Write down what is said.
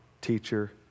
teacher